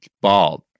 bald